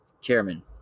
Chairman